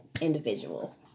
individual